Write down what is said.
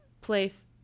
place